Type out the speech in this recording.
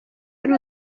ari